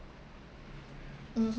mm